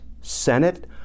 Senate